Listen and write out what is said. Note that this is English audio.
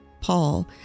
Paul